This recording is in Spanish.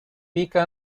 pica